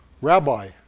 rabbi